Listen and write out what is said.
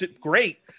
great